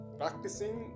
practicing